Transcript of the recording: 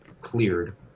cleared